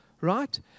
right